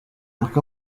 uko